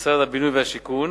משרד הבינוי והשיכון,